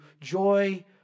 joy